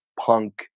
punk